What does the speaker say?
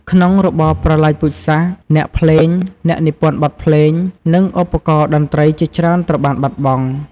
ក្នុងរបបប្រល័យពូជសាសន៍ អ្នកភ្លេង អ្នកនិពន្ធបទភ្លេង និងឧបករណ៍តន្ត្រីជាច្រើនត្រូវបានបាត់បង់។